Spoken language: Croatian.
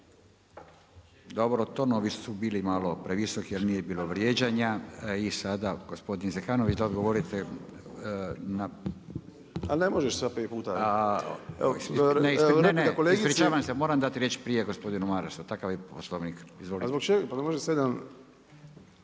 Tonovi su bili malo previsoki jer nije bilo vrijeđanja. I sada gospodin Zekanović, da odgovorite na …/Upadica: A ne možeš sad prije puta./… ne ne, ispričavam se moram dati riječ prije gospodinu Marasu. Takav je Poslovnik. Izvolite. …/Upadica se ne